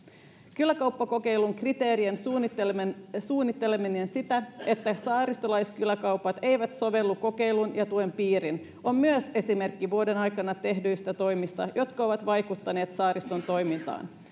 kyläkauppakokeilun kriteerien suunnitteleminen suunnitteleminen siten että saaristolaiskyläkaupat eivät sovellu kokeiluun ja tuen piiriin on myös esimerkki vuoden aikana tehdyistä toimista jotka ovat vaikuttaneet saariston toimintaan